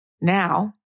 Now